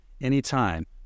anytime